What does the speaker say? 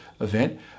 event